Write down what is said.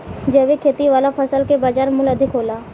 जैविक खेती वाला फसल के बाजार मूल्य अधिक होला